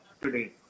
today